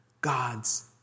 God's